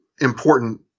important